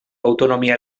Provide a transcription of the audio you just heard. autonomia